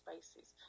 spaces